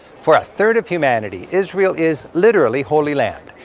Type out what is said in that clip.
for a third of humanity israel is, literally, holy land,